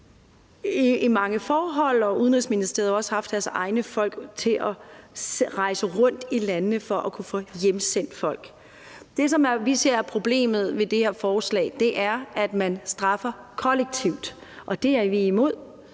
i mange forhold, og Udenrigsministeriet har også haft deres egne folk til at rejse rundt i landene for at kunne få hjemsendt folk. Som vi ser det, er problemet med det her forslag, at man straffer kollektivt. Det er vi imod